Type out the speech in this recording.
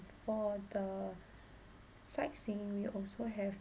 for the sightseeing we also have